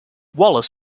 wallis